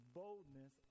boldness